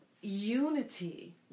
unity